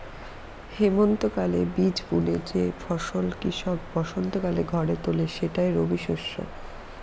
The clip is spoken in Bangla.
হেমন্তকালে বীজ বুনে যে ফসল কৃষক বসন্তকালে ঘরে তোলে সেটাই রবিশস্য